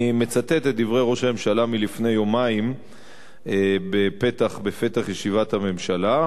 אני מצטט את דברי ראש הממשלה מלפני יומיים בפתח ישיבת הממשלה,